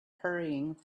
hurrying